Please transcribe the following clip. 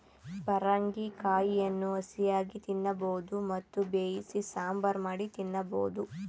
ಪರಂಗಿ ಕಾಯಿಯನ್ನು ಹಸಿಯಾಗಿ ತಿನ್ನಬೋದು ಮತ್ತು ಬೇಯಿಸಿ ಸಾಂಬಾರ್ ಮಾಡಿ ತಿನ್ನಬೋದು